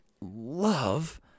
love